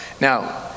Now